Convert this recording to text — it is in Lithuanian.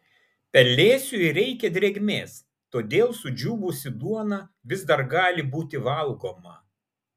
pelėsiui reikia drėgmės todėl sudžiūvusi duona vis dar gali būti valgoma